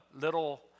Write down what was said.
Little